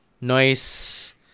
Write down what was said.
noise